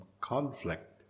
conflict